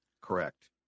correct